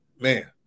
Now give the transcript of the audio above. Man